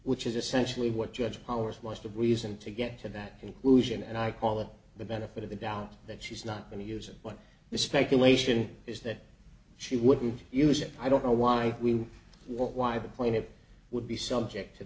which is essentially what judge powers was the reason to get to that conclusion and i call it the benefit of the doubt that she's not going to use it but the speculation is that she wouldn't use it i don't know why we why the plane it would be subject to